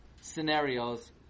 scenarios